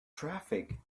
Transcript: traffic